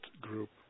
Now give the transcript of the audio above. group